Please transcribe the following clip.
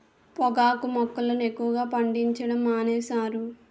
పొగాకు మొక్కలను ఎక్కువగా పండించడం మానేశారు